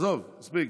עזוב, מספיק.